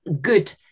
good